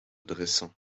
dressant